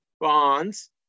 bonds